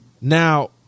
Now